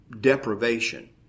deprivation